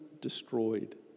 destroyed